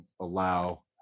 allow